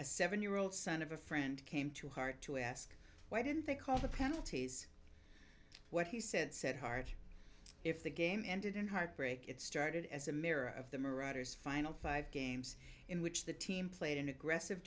a seven year old son of a friend came to hart to ask why didn't they call the penalties what he said said hart if the game ended in heartbreak it started as a mirror of the marauders final five games in which the team played an aggressive